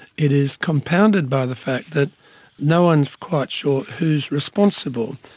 it is compounded by the fact that no one is quite sure who is responsible.